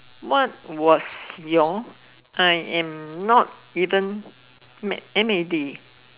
what was your I am not even mad M A D